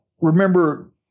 remember